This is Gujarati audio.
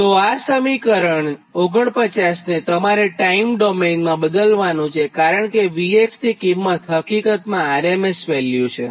તો આ સમીકરણ 49 ને તમારે ટાઇમ ડોમેઇન માં બદલવાનું છે કારણ કે V ની કિંમત હકીકતમાં RMS કિંમત છે